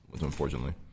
unfortunately